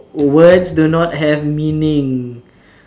words do not have meaning